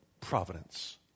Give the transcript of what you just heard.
providence